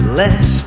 less